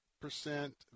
percent